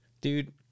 Dude